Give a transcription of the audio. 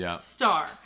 star